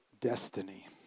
destiny